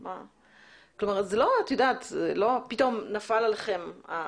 זה לא שפתאום התקנות נפלו עליכם.